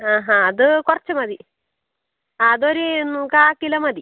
ആ ഹാ അത് കുറച്ച് മതി അതൊരു കാൽ കിലോ മതി